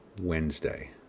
Wednesday